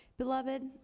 Beloved